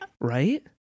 Right